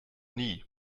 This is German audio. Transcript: nie